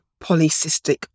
polycystic